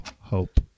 hope